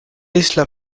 isla